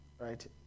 right